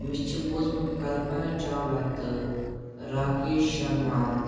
مےٚ چھِ بوٗزمُت کلپنہ چاولہ تہٕ راکیش شرماوُن